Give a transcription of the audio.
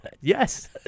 Yes